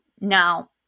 Now